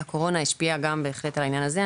בהחלט הקורונה השפיעה גם על העניין הזה.